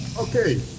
Okay